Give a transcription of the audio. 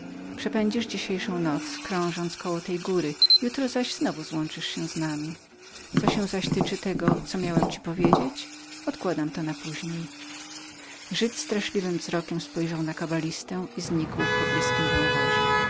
nocleg przepędzisz dzisiejszą noc krążąc koło tej góry jutro zaś znowu złączysz się z nami co się zaś tyczy tego co miałem ci powiedzieć odkładam to na później żyd straszliwym wzrokiem spojrzał na kabalistę i znikł w poblizkim